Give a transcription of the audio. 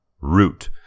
Root